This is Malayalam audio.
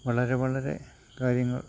വളരെ വളരെ കാര്യങ്ങൾ